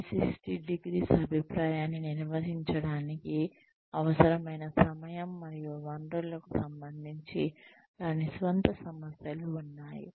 360 ° అభిప్రాయాన్ని నిర్వహించడానికి అవసరమైన సమయం మరియు వనరులకు సంబంధించి దాని స్వంత సమస్యలు ఉన్నాయి